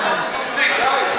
איציק, די.